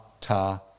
ta